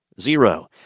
Zero